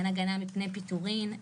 אין הגנה מפני פיטורין,